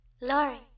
Lori